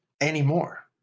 anymore